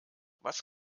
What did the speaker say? was